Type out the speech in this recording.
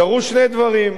קרו שני דברים: